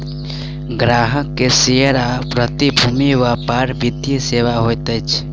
ग्राहक के शेयर आ प्रतिभूति व्यापार वित्तीय सेवा होइत अछि